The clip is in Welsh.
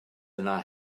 yna